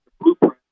blueprint